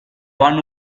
hanno